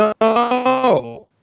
No